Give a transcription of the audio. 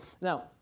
Now